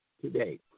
Today